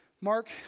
Mark